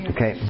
Okay